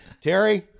Terry